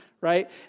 Right